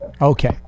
Okay